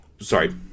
sorry